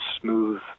smooth